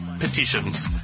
petitions